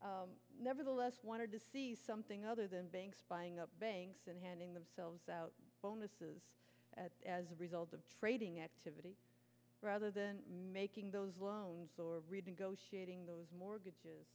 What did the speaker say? that nevertheless wanted to see something other than banks buying up banks and handing themselves out bonuses as a result of trading activity rather than making those loans or reading go shooting those mortgages